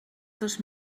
dos